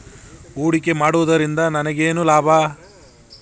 ಹೂಡಿಕೆ ಮಾಡುವುದರಿಂದ ನನಗೇನು ಲಾಭ?